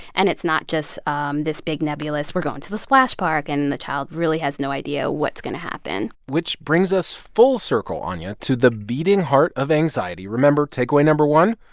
and it's not just um this big, nebulous, we're going to the splash park, and and the child really has no idea what's going to happen which brings us full circle, anya, to the beating heart of anxiety. remember takeaway no. one?